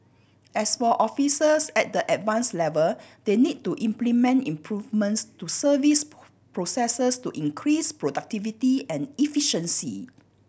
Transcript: as for officers at the Advanced level they need to implement improvements to service processes to increase productivity and efficiency